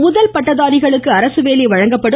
முதல் பட்டதாரிகளுக்கு அரசு வேலை வழங்கப்படும்